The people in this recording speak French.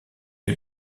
est